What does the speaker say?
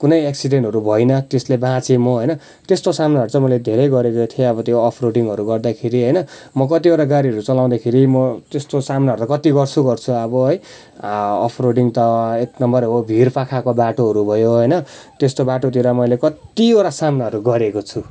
कुनै एक्सिडेनहरू भइनँ त्यसले बाचेँ म होइन त्यस्तो सामनाहरू चाहिँ मैले धेरै गरेको थिएँ अब त्यो अफ रोडिङहरू गर्दाखेरि होइन म कतिवटा गाडीहरू चलाउँदाखेरि म त्यस्तो सामनाहरू त कति गर्छु गर्छु अब है अफ रोडिङ त एक नम्बर हो भिर पाखाको बाटोहरू भयो होइन त्यस्तो बाटोतिर मैले कत्तिवटा सामनाहरू गरेको छु